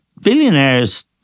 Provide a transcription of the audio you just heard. billionaires